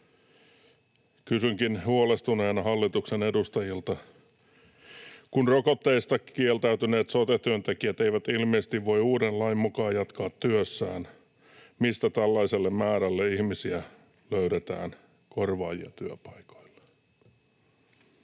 Kysynkin huolestuneena hallituksen edustajilta: kun rokotteesta kieltäytyneet sote-työntekijät eivät ilmeisesti voi uuden lain mukaan jatkaa työssään, mistä tällaiselle määrälle ihmisiä löydetään korvaajia työpaikoille?